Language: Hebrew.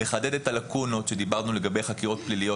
לחדד את הלקונות לגבי חקירות פליליות,